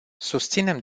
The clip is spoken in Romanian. susținem